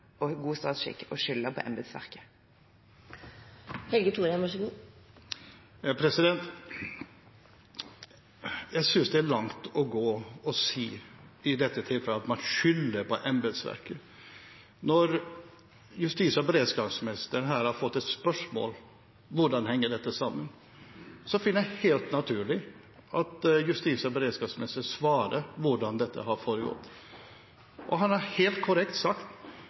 på embetsverket? Jeg synes det er å gå langt å si – i dette tilfellet – at man skylder på embetsverket. Når justis- og beredskapsministeren her har fått et spørsmål om hvordan dette henger sammen, finner jeg det helt naturlig at justis- og beredskapsministeren svarer hvordan dette har foregått. Han har helt korrekt sagt